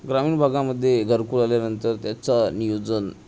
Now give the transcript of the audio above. ग्रामीण भागामध्ये घरकुल आल्यानंतर त्याचा नियोजन